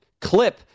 clip